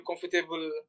comfortable